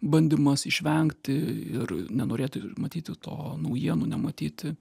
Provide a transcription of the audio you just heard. bandymas išvengti ir nenorėti matyti to naujienų nematyti